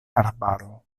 arbaro